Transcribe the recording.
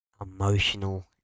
emotional